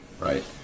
right